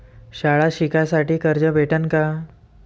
शाळा शिकासाठी कर्ज भेटन का?